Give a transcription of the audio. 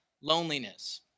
loneliness